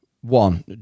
One